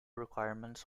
requirements